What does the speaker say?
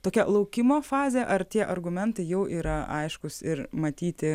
tokia laukimo fazė ar tie argumentai jau yra aiškūs ir matyti